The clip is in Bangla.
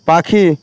পাখি